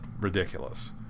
ridiculous